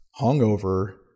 hungover